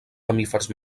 mamífers